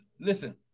Listen